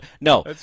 No